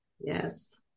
Yes